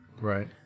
Right